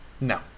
No